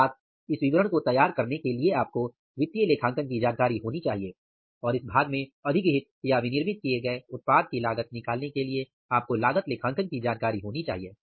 अर्थात इस विवरण को तैयार करने के लिए आपको वित्तीय लेखांकन की जानकारी होनी चाहिए और इस भाग में अधिग्रहित या विनिर्मित किए गए उत्पाद की लागत निकालने के लिए आपको लागत लेखांकन की जानकारी होनी चाहिए